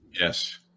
Yes